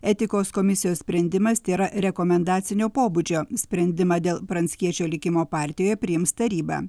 etikos komisijos sprendimas tėra rekomendacinio pobūdžio sprendimą dėl pranckiečio likimo partijoje priims taryba